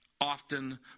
often